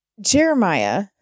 Jeremiah